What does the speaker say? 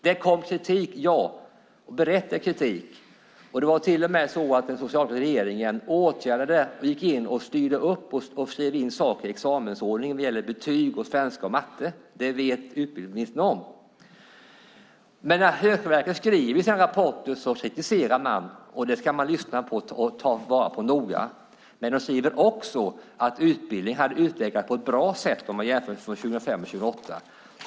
Det kom berättigad kritik, och den socialdemokratiska regeringen åtgärdade detta och styrde upp det och skrev in saker i examensordningen när det gäller betyg, svenska och matte. Det vet utbildningsministern. Högskoleverket kritiserar i sin rapport, och det ska man lyssna och ta noga vara på. Men de skriver också att utbildningen hade utvecklats på ett bra sätt om man jämför med 2005-2008.